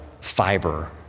fiber